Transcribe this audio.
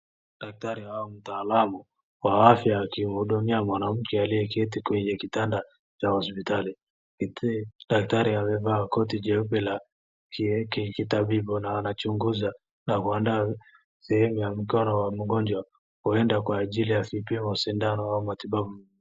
Daktari au mtaalamu wa afya akimhudumia mwanamke aliyeketi kwenye kitanda cha hospitali, daktari amevaa koti jeupe la kitabibu na anachunguza na kuandaa sehemu ya mkono wa mgonjwa, huenda kwa ajili ya asipigwe sindano au matibabu.